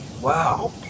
Wow